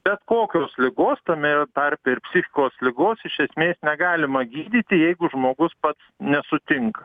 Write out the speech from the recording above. bet kokios ligos tame tarpe ir psichikos ligos iš esmės negalima gydyti jeigu žmogus pats nesutinka